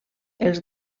els